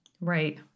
Right